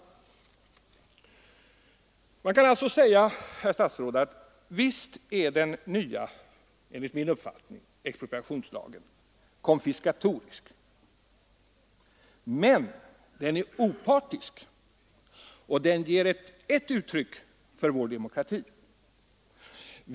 Enligt min uppfattning kan man alltså säga, herr statsråd, att visst är den nya expropriationslagen konfiskatorisk, men den är opartisk och därmed ett uttryck för demokrati.